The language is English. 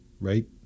right